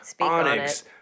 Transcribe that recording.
Onyx